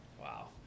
Wow